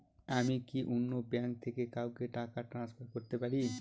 আমি কি অন্য ব্যাঙ্ক থেকে কাউকে টাকা ট্রান্সফার করতে পারি?